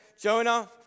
Jonah